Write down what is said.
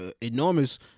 enormous